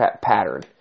pattern